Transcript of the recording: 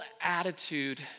attitude